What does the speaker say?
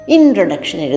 Introduction